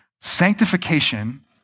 Sanctification